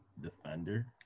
defender